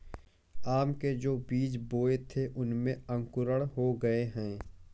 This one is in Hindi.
आम के जो बीज बोए थे उनमें अंकुरण हो गया है